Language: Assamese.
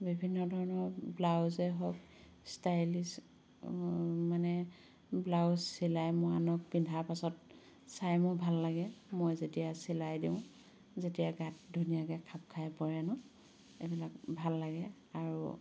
বিভিন্ন ধৰণৰ ব্লাউজেই হওক ষ্টাইলিছ মানে ব্লাউজ চিলাই মই আনক পিন্ধাৰ পাছত চাই মই ভাল লাগে মই যেতিয়া চিলাই দিওঁ যেতিয়া গাত ধুনীয়াকে খাপ খাই পৰে ন এইবিলাক ভাল লাগে আৰু